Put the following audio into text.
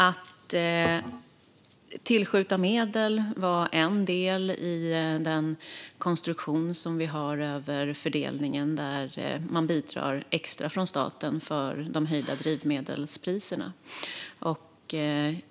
Att tillskjuta medel var en del i den konstruktion som vi har när det gäller fördelningen, där staten bidrar extra för de höjda drivmedelspriserna.